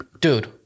dude